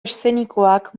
eszenikoak